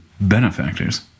benefactors